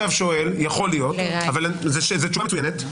זו תשובה מצוינת.